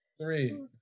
three